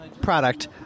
product